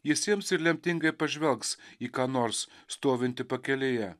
jis ims ir lemtingai pažvelgs į ką nors stovintį pakelėje